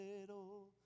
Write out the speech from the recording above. little